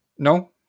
No